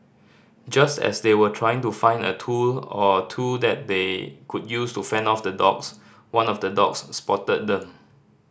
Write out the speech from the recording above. just as they were trying to find a tool or two that they could use to fend off the dogs one of the dogs spotted them